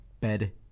Bed